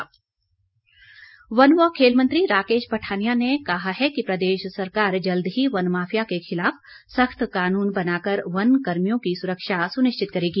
राकेश पठानिया वन य खेल मंत्री राकेश पठानिया ने कहा है कि प्रदेश सरकार जल्द ही यन माफिया के खिलाफ सख्त कानून बनाकर वन कर्मियों की सुरक्षा सुनिश्चित करेगी